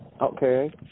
Okay